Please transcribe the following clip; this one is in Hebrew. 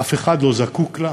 אף אחד לא זקוק לה,